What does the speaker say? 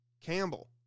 Campbell